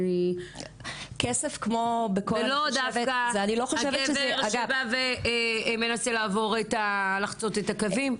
ולא דווקא הגבר שבא ומנסה לחצות את הקווים?